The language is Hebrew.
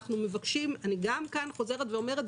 אני חוזרת ואומרת גם כאן,